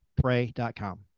pray.com